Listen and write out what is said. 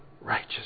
righteous